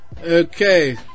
okay